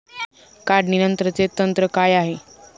काढणीनंतरचे तंत्र काय आहे?